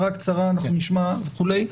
הערה קצרה אנחנו נשמע וכו'.